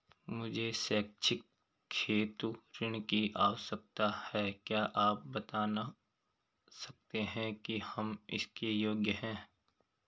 मुझे शैक्षिक हेतु ऋण की आवश्यकता है क्या आप बताना सकते हैं कि हम इसके योग्य हैं?